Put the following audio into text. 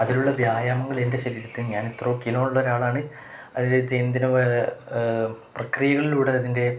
അതിലുള്ള വ്യായാമങ്ങൾ എൻ്റെ ശരീരത്തിനു ഞാൻ ഇത്രയും കിലോയുള്ള ഒരാളാണ് ദൈനംദിനമായ പ്രക്രിയകളിലൂടെ അതിൻ്റെ